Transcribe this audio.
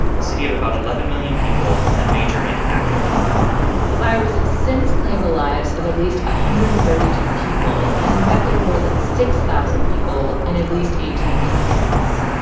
a city of about eleven million people and a major manufacturing hub the virus has since claimed the lives of at least one hundred and thirty two people and infected more than six thousand people in at least eighteen countries.